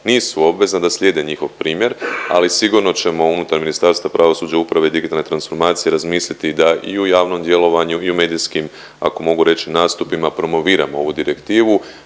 nisu obvezna da slijede njihov primjer, ali sigurno ćemo unutar Ministarstva pravosuđa, uprave i digitalne transformacije razmisliti da i u javnom djelovanju i u medijskim ako mogu reć nastupima promoviramo ovu direktivu